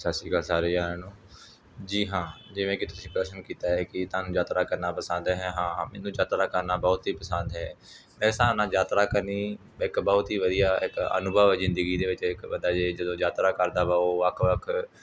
ਸਤਿ ਸ਼੍ਰੀ ਅਕਾਲ ਸਾਰੇ ਜਣਿਆਂ ਨੂੰ ਜੀ ਹਾਂ ਜਿਵੇਂ ਕਿ ਤੁਸੀਂ ਪ੍ਰਸ਼ਨ ਕੀਤਾ ਹੈ ਕਿ ਤੁਹਾਨੂੰ ਯਾਤਰਾ ਕਰਨਾ ਪਸੰਦ ਹੈ ਹਾਂ ਮੈਨੂੰ ਯਾਤਰਾ ਕਰਨਾ ਬਹੁਤ ਹੀ ਪਸੰਦ ਹੈ ਮੇਰੇ ਹਿਸਾਬ ਨਾਲ ਯਾਤਰਾ ਕਰਨੀ ਇੱਕ ਬਹੁਤ ਹੀ ਵਧੀਆ ਇੱਕ ਅਨੁਭਵ ਹੈ ਜ਼ਿੰਦਗੀ ਦੇ ਵਿੱਚ ਇੱਕ ਬੰਦਾ ਜੇ ਜਦੋਂ ਯਾਤਰਾ ਕਰਦਾ ਵਾ ਉਹ ਵੱਖ ਵੱਖ